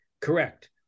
correct